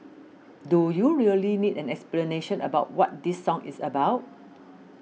do you really need an explanation about what this song is about